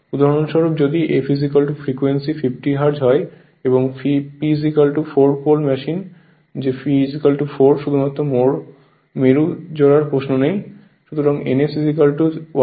উদাহরণস্বরূপ যদি f frequency 50 hertz হয় এবং P বলুন 4 পোল মেশিন যে P 4 শুধুমাত্র মেরু জোড়ার প্রশ্ন নেই